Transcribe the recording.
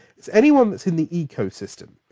it's anyone that's in the ecosystem.